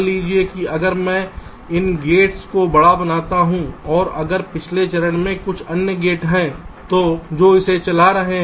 मान लीजिए कि अगर मैं इन गेट्स को बड़ा बनाता हूं और अगर पिछले चरण से कुछ अन्य गेट हैं जो इसे चला रहे हैं